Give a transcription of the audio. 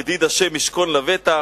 ידיד ה' ישכון לבטח",